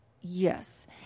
Yes